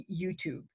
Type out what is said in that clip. YouTube